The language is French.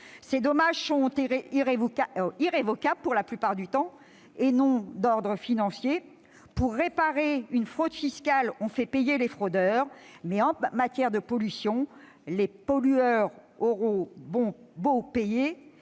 Ces dommages sont la plupart du temps irrévocables, et non d'ordre financier. Poux réparer une fraude fiscale, on fait payer les fraudeurs ; mais, en matière de pollution, les pollueurs auront beau payer,